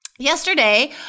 Yesterday